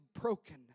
broken